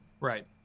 right